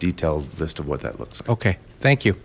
detailed list of what that looks like okay thank you